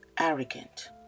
arrogant